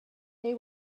there